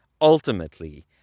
ultimately